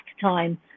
time